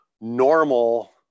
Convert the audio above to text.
normal